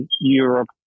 Europe